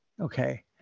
Okay